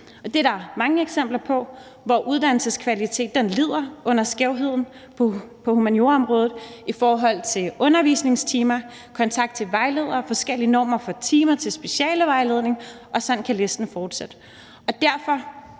Der er mange eksempler på, at uddannelseskvaliteten lider under skævheden på humanioraområdet, og det gælder i forhold til undervisningstimer, kontakt til vejleder og forskellige normer for timer til specialevejledning, og sådan kan listen fortsætte.